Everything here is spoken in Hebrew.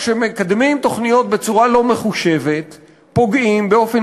כשמקדמים תוכניות בצורה לא מחושבת פוגעים באופן